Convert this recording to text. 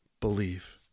believe